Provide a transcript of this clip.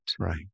right